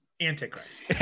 Antichrist